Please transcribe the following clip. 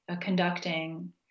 Conducting